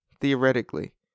theoretically